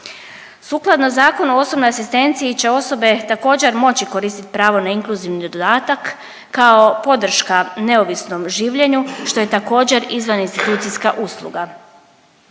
Sukladno Zakonu o osobnoj asistenciji će osobe također moći koristiti pravo na inkluzivni dodatak kao podrška neovisnom življenju što je također izvan institucijska usluga.